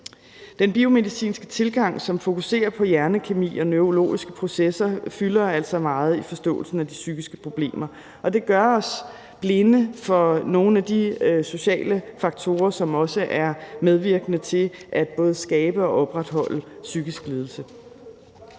Den biomedicinske tilgang, som fokuserer på hjernekemi og neurologiske processer, fylder altså meget i forståelsen af de psykiske problemer, og det gør os blinde for nogle af de sociale faktorer, som også er medvirkende til både at skabe og opretholde psykiske lidelser.